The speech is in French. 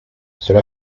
cela